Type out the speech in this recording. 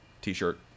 T-shirt